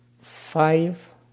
five